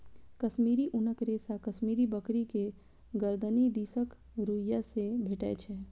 कश्मीरी ऊनक रेशा कश्मीरी बकरी के गरदनि दिसक रुइयां से भेटै छै